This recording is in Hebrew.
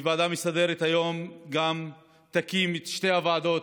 והוועדה המסדרת היום גם תקים את שתי הוועדות,